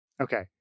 Okay